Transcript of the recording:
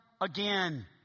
again